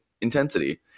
intensity